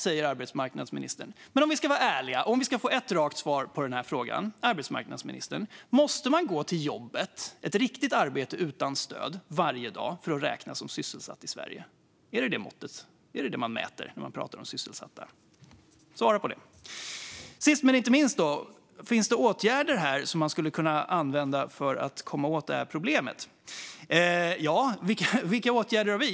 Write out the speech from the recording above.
Men låt oss vara ärliga och ge ett rakt svar på den här frågan, arbetsmarknadsministern: Måste man gå till jobbet - alltså att ha ett riktigt arbete utan stöd - varje dag för att räknas som sysselsatt i Sverige? Är det detta som man mäter när man talar om andelen sysselsatta? Sist men inte minst: Finns det åtgärder som man skulle kunna använda för att komma åt detta problem, och vilka åtgärder har vi?